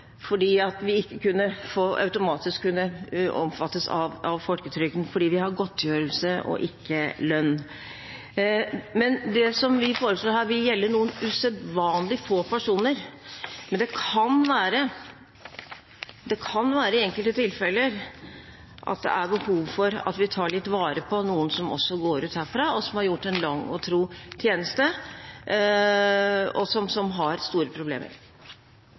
vi ikke automatisk kunne omfattes av folketrygden, fordi vi som stortingsrepresentanter har godtgjørelse og ikke lønn. Det som vi foreslår her, vil gjelde noen usedvanlig få personer, men det kan være at det i enkelte tilfeller er behov for at vi tar litt vare på noen som går ut herfra etter en lang og tro tjeneste, og som har store problemer.